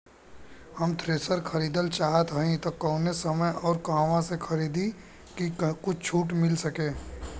हम थ्रेसर खरीदल चाहत हइं त कवने समय अउर कहवा से खरीदी की कुछ छूट मिल सके?